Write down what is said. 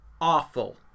awful